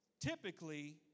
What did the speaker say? Typically